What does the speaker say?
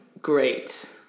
Great